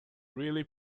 really